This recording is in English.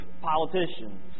politicians